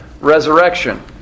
Resurrection